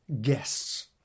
guests